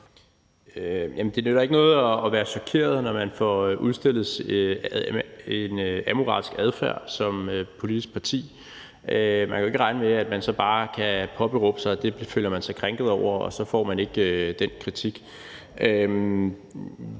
det nytter ikke noget at være chokeret, når man får udstillet en amoralsk adfærd som politisk parti. Man kan jo ikke regne med, at man så bare kan påberåbe sig at føle sig krænket over det, og at man så ikke får den kritik.